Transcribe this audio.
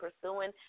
pursuing